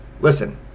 Listen